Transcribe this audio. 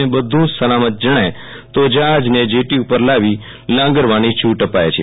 અને બધુ સલામતી જણાય તો જ્યાજ્ને જેટી ઉપર લાંવી લાંગરવાની છુટ અપાય છે